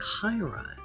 Chiron